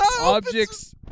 Objects